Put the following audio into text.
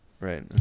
Right